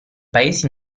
paesi